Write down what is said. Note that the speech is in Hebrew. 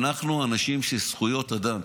אנחנו אנשים של זכויות אדם.